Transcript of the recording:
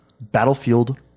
Battlefield